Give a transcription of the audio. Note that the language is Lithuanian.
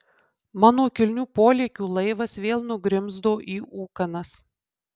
mano kilnių polėkių laivas vėl nugrimzdo į ūkanas